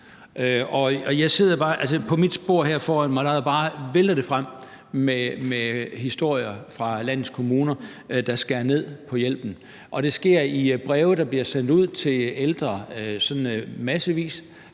sig selv. På mit bord her foran mig vælter det frem med historier fra landets kommuner, der skærer ned på hjælpen, og det sker i breve, der bliver sendt ud til ældre sådan massevis.